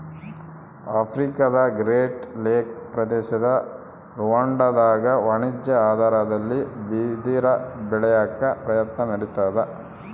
ಆಫ್ರಿಕಾದಗ್ರೇಟ್ ಲೇಕ್ ಪ್ರದೇಶದ ರುವಾಂಡಾದಾಗ ವಾಣಿಜ್ಯ ಆಧಾರದಲ್ಲಿ ಬಿದಿರ ಬೆಳ್ಯಾಕ ಪ್ರಯತ್ನ ನಡಿತಾದ